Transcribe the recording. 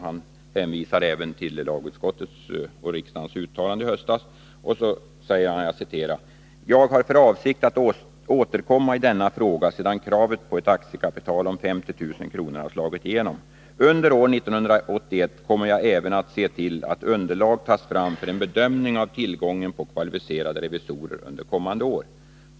Han hänvisar även till lagutskottets och riksdagens uttalande i höstas, och han säger vidare: ”Jag har för avsikt att återkomma i denna fråga sedan kravet på ett aktiekapital om 50 000 kr. har slagit igenom. Under år 1981 kommer jag även att se till att underlag tas fram för en bedömning av tillgången på kvalificerade revisorer under kommande år.